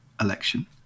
election